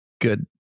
good